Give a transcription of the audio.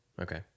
Okay